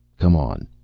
come on.